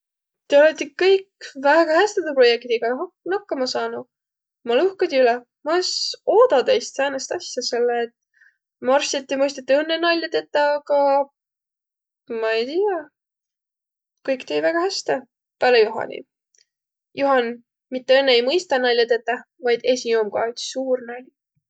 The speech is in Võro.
Tiiq olõti kõik väega häste tuu projektiga nakkama saanuq, ma olõ uhkõ tiiq üle. Maq es oodaq teist säänest asja, selle et ma arvssi, et ti mõistati õnnõ nall'a tetäq, aga ma ei tiiäq. Kõik teiq väega häste. Pääle Juhani. Juhan mitte õnnõ ei mõistaq nall'a tetäq, vaid esiq om kah üts suur nali.